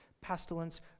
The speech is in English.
pestilence